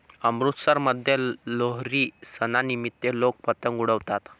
अमृतसरमध्ये लोहरी सणानिमित्त लोक पतंग उडवतात